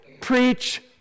preach